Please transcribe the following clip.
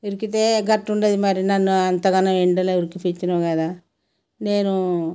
ఉరికితే అలా ఉండదు మరి నన్ను అంతగాను ఎండలో ఉరికింపించినావు కదా నేనూ